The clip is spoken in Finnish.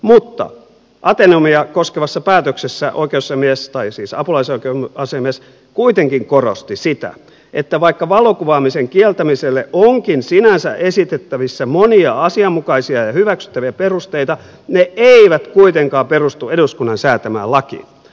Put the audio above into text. mutta ateneumia koskevassa päätöksessä oikeusasiamies tai siis apulaisoikeusasiamies kuitenkin korosti sitä että vaikka valokuvaamisen kieltämiselle onkin sinänsä esitettävissä monia asianmukaisia ja hyväksyttäviä perusteita ne eivät kuitenkaan perustu eduskunnan säätämään lakiin